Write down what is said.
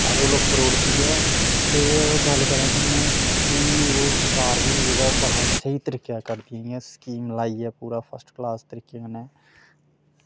सारें कोला उप्पर उड़दी ऐ ते और गल्ल करांऽ थोआनू कि ओह् शकार वी जेह्ड़ा बड़ा स्हेई तरीके दा करदी इ'यां स्कीम लाइयै पूरा फर्स्ट क्लास तरीके कन्नै